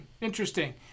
interesting